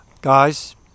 Guys